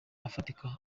afatika